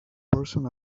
person